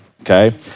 okay